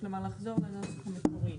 כלומר לחזור לנוסח המקורי.